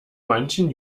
manchen